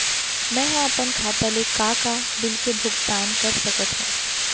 मैं ह अपन खाता ले का का बिल के भुगतान कर सकत हो